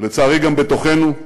ולצערי גם בתוכנו,